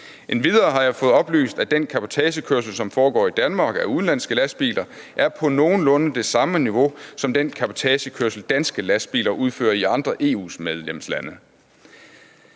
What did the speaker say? Endvidere har jeg fået oplyst, at den cabotagekørsel, som foregår i Danmark af udenlandske lastbiler, er på nogenlunde samme niveau som den cabotagekørsel, danske lastbiler udfører i andre EU-medlemslande.